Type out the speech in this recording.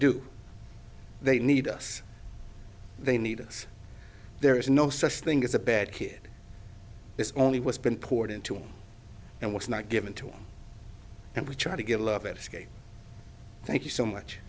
do they need us they need us there is no such thing as a bad kid it's only what's been poured into him and what's not given to him and we try to give love it thank you so much